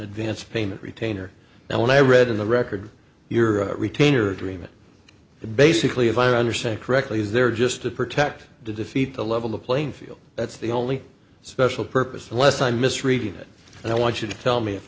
advance payment retainer and when i read in the record your retainer agreement basically if i understand correctly is there just to protect the defeat to level the playing field that's the only special purpose unless i misread it and i want you to tell me if